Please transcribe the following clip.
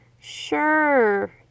sure